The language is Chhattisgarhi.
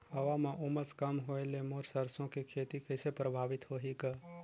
हवा म उमस कम होए ले मोर सरसो के खेती कइसे प्रभावित होही ग?